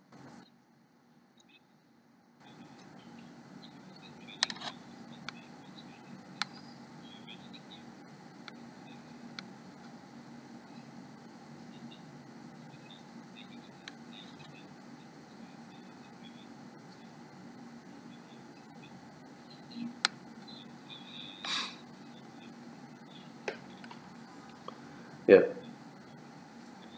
yup